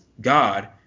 God